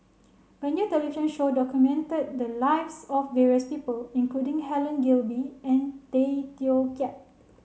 a new television show documented the lives of various people including Helen Gilbey and Tay Teow Kiat